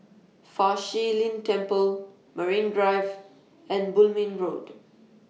Fa Shi Lin Temple Marine Drive and Bulim Road